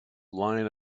line